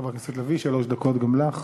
חברת הכנסת לביא, שלוש דקות גם לך.